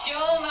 Joe